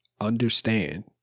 understand